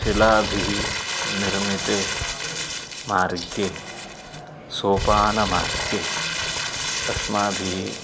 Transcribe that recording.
शिलाभिः निर्मिते मार्गे सोपानमार्गे अस्माभिः